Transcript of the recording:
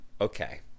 Okay